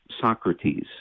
Socrates